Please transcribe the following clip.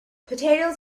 potatoes